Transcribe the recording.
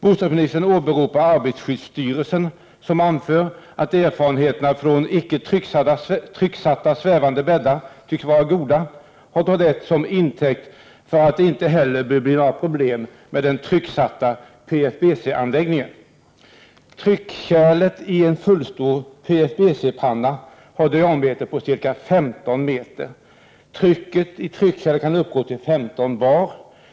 Bostadsministern åberopar arbetarskyddsstyrelsen, som anför att erfarenheterna från icke trycksatta svävande bäddar tycks vara goda, och tar det till intäkt för att det inte heller bör bli några problem med den trycksatta PFBC-anläggningen. Tryckkärlet i en fullstor PFBC-panna har en diameter av ca 15 meter. Trycket i tryckkärlet kan uppgå till 15 bar.